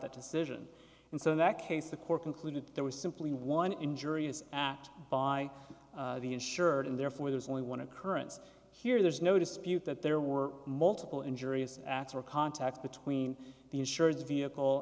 that decision and so in that case the court concluded there was simply one injurious act by the insured and therefore there's only one occurrence here there's no dispute that there were multiple injurious acts of contact between the insurers vehicle